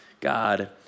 God